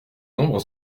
nombre